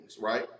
Right